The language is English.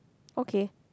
okay